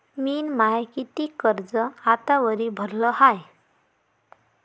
मिन माय कितीक कर्ज आतावरी भरलं हाय?